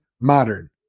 modern